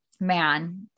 man